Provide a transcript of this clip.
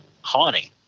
haunting